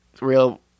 real